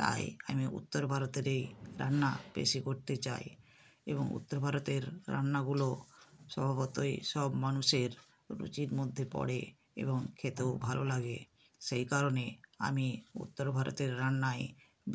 তাই আমি উত্তর ভারতের এই রান্না বেশি করতে চাই এবং উত্তর ভারতের রান্নাগুলো স্বভাবতই সব মানুষের রুচির মধ্যে পড়ে এবং খেতেও ভালো লাগে সেই কারণে আমি উত্তর ভারতের রান্নাই